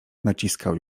naciskał